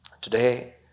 Today